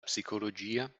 psicologia